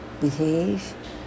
behave